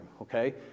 okay